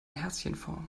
herzchenform